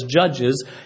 judges